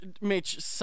Mitch